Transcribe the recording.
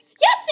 Yes